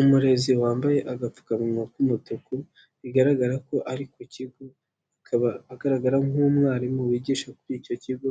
Umurezi wambaye agapfukamunwa k'umutuku bigaragara ko ari ku kigo, akaba agaragara nk'umwarimu wigisha kuri icyo kigo,